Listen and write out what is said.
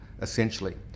essentially